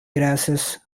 grasses